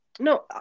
No